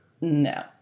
No